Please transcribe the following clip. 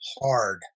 hard